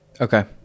Okay